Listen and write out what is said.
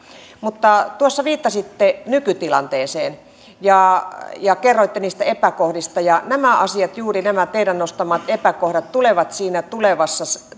tuossa viittasitte nykytilanteeseen ja ja kerroitte niistä epäkohdista ja nämä asiat juuri nämä teidän nostamanne epäkohdat tulevat siinä tulevassa